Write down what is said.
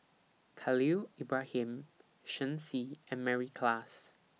Khalil Ibrahim Shen Xi and Mary Klass